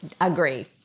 Agree